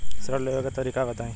ऋण लेवे के तरीका बताई?